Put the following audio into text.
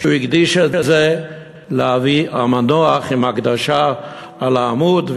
שהוא נתן לאבי המנוח עם הקדשה על העמוד.